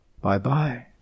Bye-bye